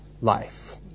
life